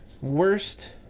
Worst